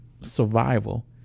survival